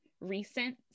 recent